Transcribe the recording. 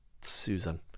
Susan